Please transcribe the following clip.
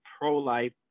pro-life